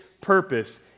purpose